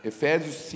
Efésios